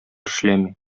эшләми